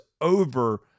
over